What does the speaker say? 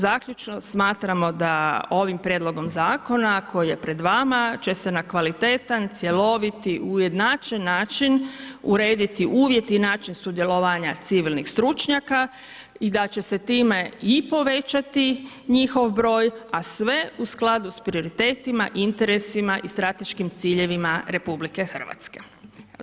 Zaključno smatramo da ovim prijedlogom zakona koji je pred vama će se na kvalitetan, cjelovit, ujednačen način urediti uvjeti i način sudjelovanja civilnih stručnjaka i da će se time i povećati njihov broj a sve u skladu s prioritetima, interesima i strateškim ciljevima Republike Hrvatske.